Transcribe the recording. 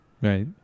Right